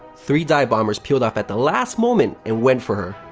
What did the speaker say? three dive-bombers peeled off at the last moment and went for her